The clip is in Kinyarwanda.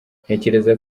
ntekereza